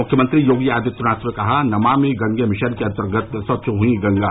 मुख्यमंत्री योगी आदित्यनाथ ने कहा नमामि गंगे मिशन के अन्तर्गत स्यच्छ हुई गंगा